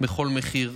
בכל מחיר.